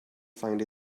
find